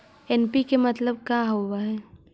NPK मतलब का होव हइ?